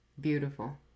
Beautiful